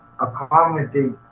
accommodate